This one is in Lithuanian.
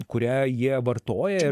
kurią jie vartoja ir